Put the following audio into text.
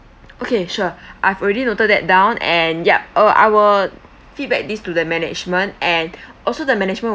okay sure I have already noted that down and yup uh I'll feedback these to the management and also the management